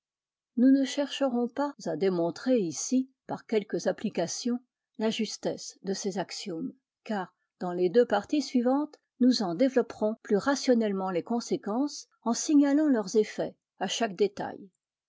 nous ne chercherons pas à démontrer ici par quelques applications la justesse de ces axiomes car dans les deux parties suivantes nous en développerons plus rationnellement les conséquences en signalant leurs effets à chaque détail